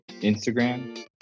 Instagram